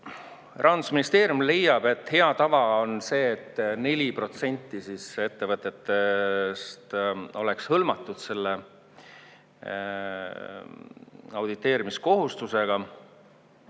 Rahandusministeerium leiab, et hea tava on see, et 4% ettevõtetest oleks hõlmatud selle auditeerimiskohustusega,